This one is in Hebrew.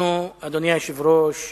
אנחנו, אדוני היושב-ראש,